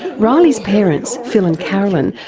riley's parents, phil and carolyn,